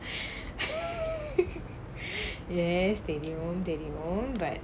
yes தெரியும் தெரியும்:teriyum teriyum